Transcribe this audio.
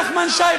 נחמן שי,